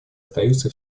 остаются